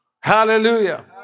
Hallelujah